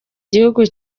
gihugu